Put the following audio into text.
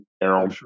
Errol